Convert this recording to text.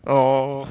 oh